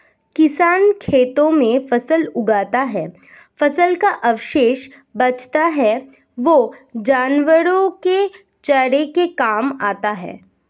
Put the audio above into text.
किसान खेतों में फसल उगाते है, फसल का अवशेष बचता है वह जानवरों के चारे के काम आता है